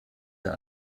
der